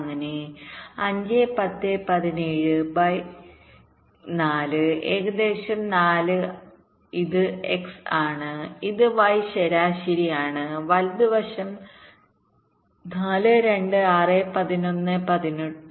അങ്ങനെ 5 10 17 ബൈ 4 ഏകദേശം 4 ഇത് x ആണ് ഇത് y ശരാശരിയാണ് വലത് വശം 4 2 6 11 18